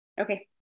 Okay